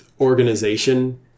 organization